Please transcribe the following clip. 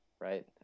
Right